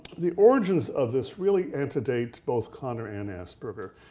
the origins of this really antedate both kanner and asperger.